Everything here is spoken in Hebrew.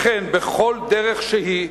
לכן, בכל דרך שהיא,